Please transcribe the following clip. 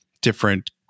different